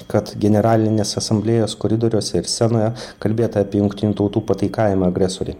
kad generalinės asamblėjos koridoriuose ir scenoje kalbėt apie jungtinių tautų pataikavimą agresorei